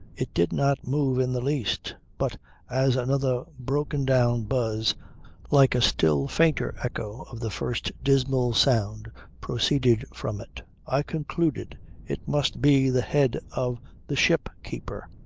it did not move in the least but as another broken down buzz like a still fainter echo of the first dismal sound proceeded from it i concluded it must be the head of the ship-keeper.